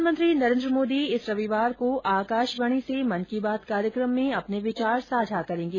प्रधानमंत्री नरेन्द्र मोदी इस रविवार को आकाशवाणी से मन की बात कार्यक्रम में अपने विचार साझा करेंगे